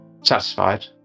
Satisfied